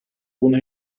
bunu